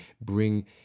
bring